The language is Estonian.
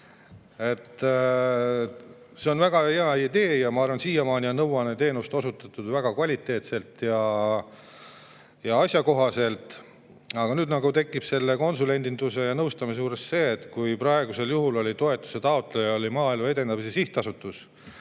See on väga hea idee. Ma arvan, et siiamaani on nõuandeteenust osutatud väga kvaliteetselt ja asjakohaselt, aga nüüd nagu tekib konsulendinduse ja nõustamise juures see, et kui seni oli toetuse taotleja Maaelu Edendamise Sihtasutus,